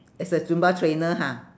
as a zumba trainer ha